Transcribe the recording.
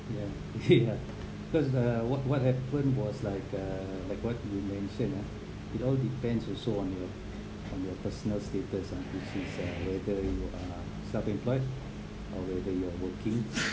ya ya cause uh what what happened was like uh like what you mention ah it all depends also on your on your personal status ah which is uh whether you are self employed or whether you are working